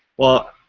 well,